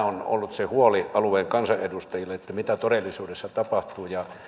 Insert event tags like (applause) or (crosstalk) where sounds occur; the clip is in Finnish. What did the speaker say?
(unintelligible) on ollut se huoli alueen kansanedustajilla että mitä todellisuudessa tapahtuu ja